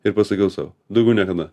ir pasakiau sau daugiau niekada